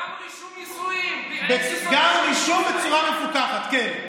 גם רישום נישואים, גם רישום בצורה מפוקחת, כן.